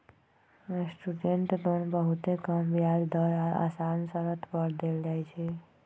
student loan बहुते कम ब्याज दर आऽ असान शरत पर देल जाइ छइ